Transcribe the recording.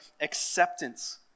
acceptance